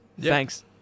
thanks